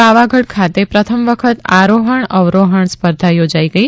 પાવાગઢ ખાતે પ્રથમ વખત આરોહણ અવરોહરણ સ્પર્ધા થોજાઇ ગઇ